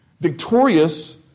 Victorious